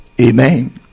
Amen